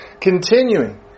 continuing